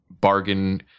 bargain